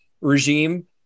regime